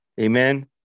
Amen